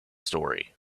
story